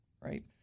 right